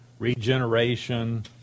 regeneration